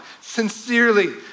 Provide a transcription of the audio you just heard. sincerely